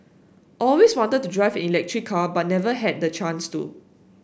always wanted to drive an electric car but never had the chance to